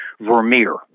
Vermeer